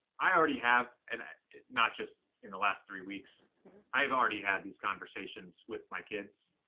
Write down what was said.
i already have and not just in the last three weeks i've already had these conversations with my kids.